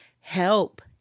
help